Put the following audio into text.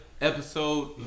episode